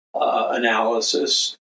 Analysis